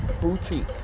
boutique